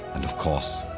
and of course,